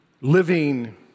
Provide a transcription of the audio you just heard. Living